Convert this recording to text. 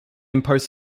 impose